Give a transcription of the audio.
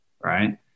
right